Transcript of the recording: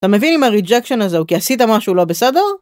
אתה מבין אם הריג'קשן הזה הוא כי עשית משהו לא בסדר?